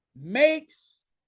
makes